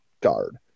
guard